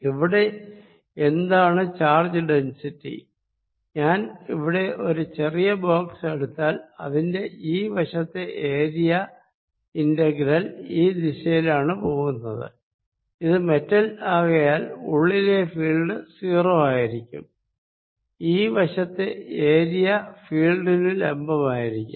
ഇവിടെ എന്താണ് charge density ഞാനിവിടെ ചെറിയ ഒരു ബോക്സ് എടുത്താൽ അതിന്റെ ഈ വശത്തെ ഏരിയ ഇന്റഗ്രൽ ഈ ദിശയിലാണ് പോകുന്നത് ഇത് മെറ്റൽ ആകയാൽ ഉള്ളിലെ ഫീൽഡ് 0 ആയിരിക്കും ഈ വശത്തെ ഏരിയ ഫീൽഡിന് ലംബമായിരിക്കും